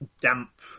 damp